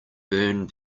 burn